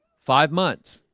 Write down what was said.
five months